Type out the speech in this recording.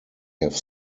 have